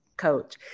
Coach